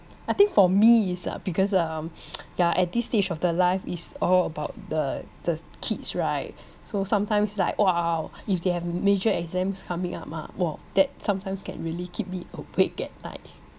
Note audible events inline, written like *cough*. I think for me is uh because um *noise* yeah at this stage of the life it's all about the the kids right so sometimes like !wow! if they have major exams coming up ah !wow! that sometimes can really keep me awake at night